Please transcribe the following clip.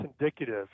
indicative